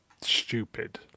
stupid